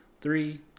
three